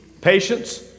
patience